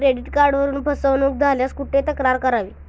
Credit कार्डवरून फसवणूक झाल्यास कुठे तक्रार करावी?